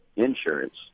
insurance